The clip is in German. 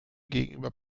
gegenüber